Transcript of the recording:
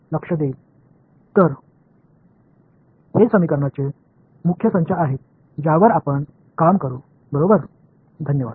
எனவே பயன்படுத்தப் போகும் சமன்பாடுகளின் முக்கிய தொகுப்புகள் இவைதான்